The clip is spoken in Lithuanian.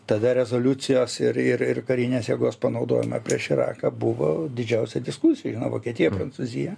tada rezoliucijos ir ir ir karinės jėgos panaudojimą prieš iraką buvo didžiausia diskusija nu vokietija prancūzija